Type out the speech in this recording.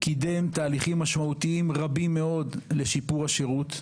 קידם תהליכים משמעותיים רבים מאוד לשיפור השירות.